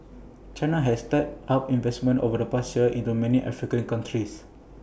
China has stepped up investment over the past years into many African countries